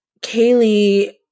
Kaylee